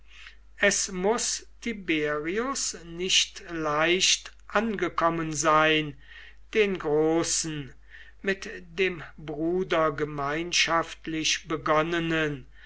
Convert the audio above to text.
es muß tiberius nicht leicht angekommen sein den großen mit dem bruder gemeinschaftlich begonnenen